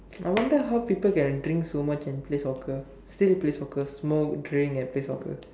I wonder how people can drink so much and play soccer still play soccer smoke drink and play soccer